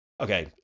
Okay